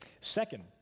Second